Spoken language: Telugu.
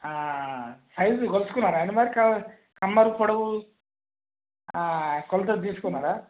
సైజులు కొలుసుకున్నారాండి మరి కమ్మరు పొడవు కొలతలు తీసుకున్నరా